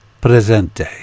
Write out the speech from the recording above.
presente